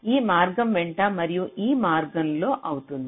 ఈ మార్గం వెంట మరియు ఈ మార్గంలో అవుతుంది